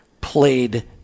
played